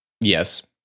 Yes